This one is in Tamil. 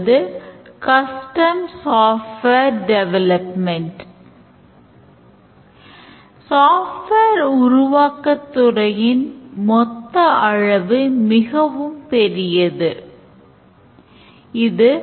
மற்றும் தேவைகளைப் போலவே அவை Use Case வரைபடங்களின் design aspects ஐ ப் பாராமல் வேறு எந்த அம்சங்களில் கவனம் செலுத்துகின்றன என்பதையும் நினைவில் கொள்ள வேண்டும்